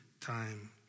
time